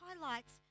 highlights